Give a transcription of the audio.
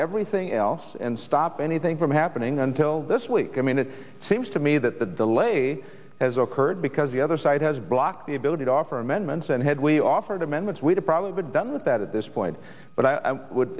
everything else and stop anything from happening until this week i mean it seems to me that the delay has occurred because the other side has blocked the ability to offer amendments and had we offered amendments we'd probably be done with that at this point but i would